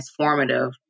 transformative